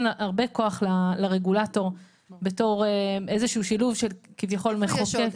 הרבה כוח לרגולטור בתור איזשהו שילוב של כביכול מחוקק.